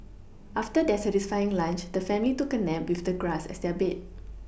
after their satisfying lunch the family took a nap with the grass as their bed